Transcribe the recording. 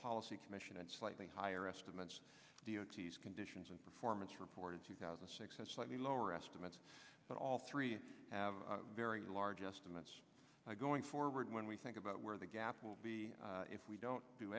policy commission and slightly higher estimates deity's conditions and performance reported two thousand and six has slightly lower estimates but all three have very large estimates going forward when we think about where the gap will be if we don't do